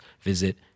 visit